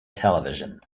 television